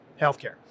healthcare